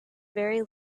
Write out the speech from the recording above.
very